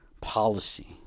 policy